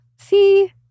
See